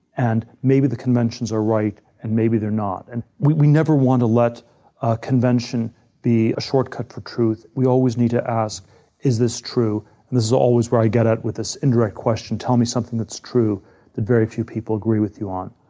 and maybe the conventions are right, and maybe they're not. and we we never want to let a convention be a short cut for truth. we always need to ask is this true? and this is always what i get at with this indirect question tell me something that's true that very few people agree with you on.